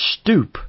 stoop